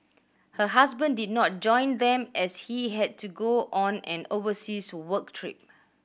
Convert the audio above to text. her husband did not join them as he had to go on an overseas work trip